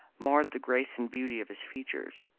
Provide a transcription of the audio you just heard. marred the grace and beauty of his features.